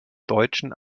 deutschen